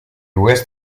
west